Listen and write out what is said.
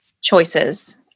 choices